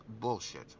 bullshit